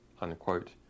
unquote